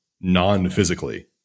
non-physically